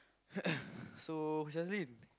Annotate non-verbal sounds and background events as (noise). (coughs) so Shazlin